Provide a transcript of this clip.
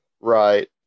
Right